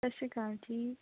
ਸਤਿ ਸ਼੍ਰੀ ਅਕਾਲ ਜੀ